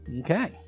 Okay